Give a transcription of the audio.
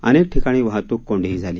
अनेक ठिकाणी वाहतूक कोडीही झाली